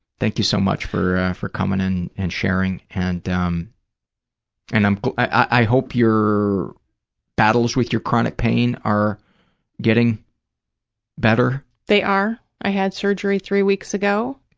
thank you so much for for coming and and sharing, and um and um i hope your battles with your chronic pain are getting better. they are. i had surgery three weeks ago,